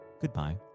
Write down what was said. goodbye